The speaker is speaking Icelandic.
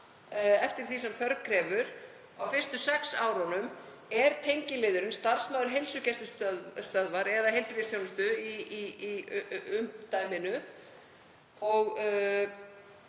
eftir því sem þörf krefur. Á fyrstu sex árunum er tengiliðurinn starfsmaður heilsugæslustöðvar eða heilbrigðisþjónustu í umdæminu og